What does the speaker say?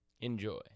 Enjoy